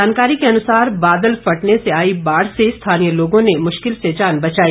जानकारी के अनुसार बादल फटने से आई बाढ़ से स्थानीय लोगों ने मुश्किल से जान बचाई